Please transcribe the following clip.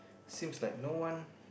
seems like no one